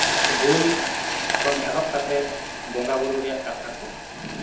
ᱦᱩᱞ ᱠᱷᱚᱱ ᱮᱦᱚᱵ ᱠᱟᱛᱮᱫ ᱵᱚᱸᱜᱟᱼᱵᱩᱨᱩ ᱨᱮᱭᱟᱜ ᱠᱟᱛᱷᱟ ᱠᱚ